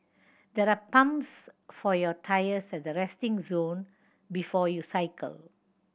there are pumps for your tyres at the resting zone before you cycle